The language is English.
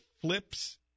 flips